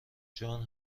جان